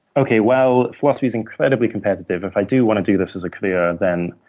okay, well, philosophy's incredibly competitive. if i do want to do this as a career, then